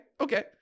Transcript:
Okay